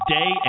day